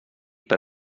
per